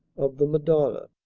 of the madonna.